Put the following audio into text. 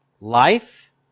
Life